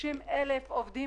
30,000 עובדים